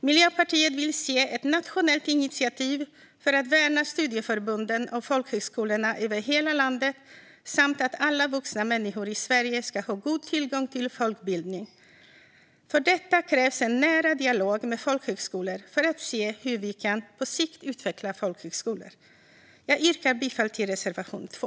Miljöpartiet vill se ett nationellt initiativ för att värna studieförbunden och folkhögskolorna över hela landet och för att alla vuxna människor i Sverige ska ha god tillgång till folkbildning. För detta krävs en nära dialog med folkhögskolor för att se hur vi på sikt kan utveckla folkhögskolorna. Jag yrkar bifall till reservation 2.